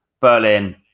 Berlin